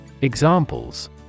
Examples